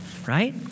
right